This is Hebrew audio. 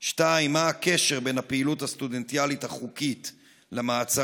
2. מה הקשר בין הפעילות הסטודנטיאלית החוקית למעצרים?